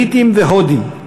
בריטים והודים,